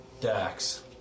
Dax